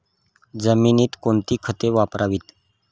जमिनीत कोणती खते वापरावीत?